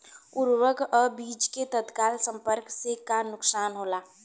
उर्वरक अ बीज के तत्काल संपर्क से का नुकसान होला?